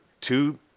two